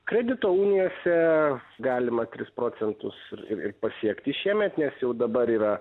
kredito unijose galima tris procentus ir ir pasiekti šiemet nes jau dabar yra